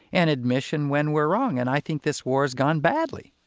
an admission when we're wrong, and i think this war's gone badly.